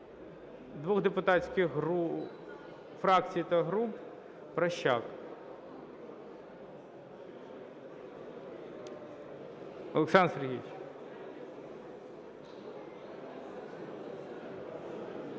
двох депутатських фракцій та груп. Прощук. Олександр Сергійович.